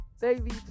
Baby